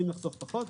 לחסוך פחות.